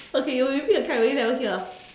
okay you repeat cause I really never hear